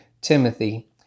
Timothy